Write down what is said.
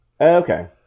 Okay